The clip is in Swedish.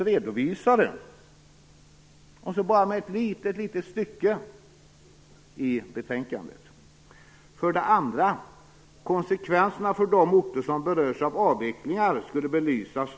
För det andra vill jag säga att det alltså står i betänkandet att konsekvenserna för de orter som berörs av avvecklingar skulle belysas.